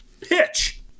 pitch